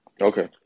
Okay